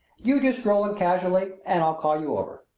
you just stroll in casually and i'll call you over.